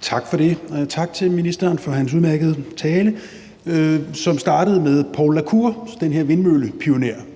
Tak for det. Og tak til ministeren for hans udmærkede tale, som startede med Poul la Cour, den her vindmøllepioner,